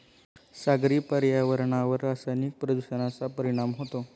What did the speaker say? सागरी पर्यावरणावर रासायनिक प्रदूषणाचा परिणाम होतो